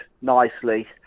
nicely